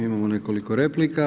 Imamo nekoliko replika.